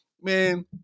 man